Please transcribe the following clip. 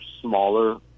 smaller